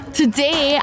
today